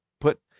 put